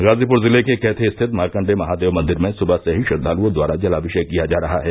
गाजीपुर जिले के कैथी स्थित मारकण्डेय महादेव मंदिर में सुबह से ही श्रद्वालुओं द्वारा जलाभिषेक किया जा रहा है